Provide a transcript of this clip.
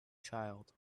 child